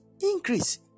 Increase